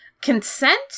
Consent